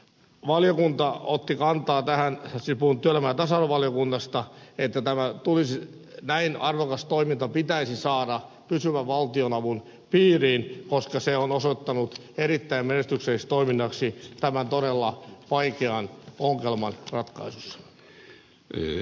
valiokunta otti kantaa tähän siis puhun työelämä ja tasa arvovaliokunnasta että tämä näin arvokas toiminta pitäisi saada pysyvän valtionavun piiriin koska se on osoittautunut erittäin menestykselliseksi toiminnaksi tämän todella vaikean ongelman ratkaisussa